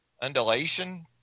undulation